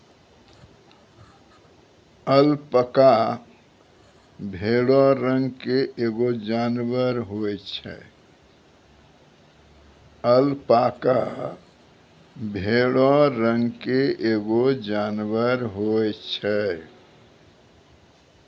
alpaca भेड़ो रंग के एगो जानबर होय छै